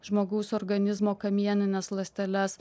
žmogaus organizmo kamienines ląsteles